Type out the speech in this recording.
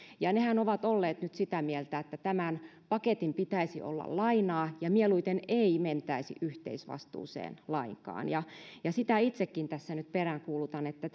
nehän ovat olleet nyt sitä mieltä että tämän paketin pitäisi olla lainaa ja mieluiten ei mentäisi yhteisvastuuseen lainkaan sitä itsekin tässä nyt peräänkuulutan että